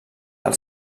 del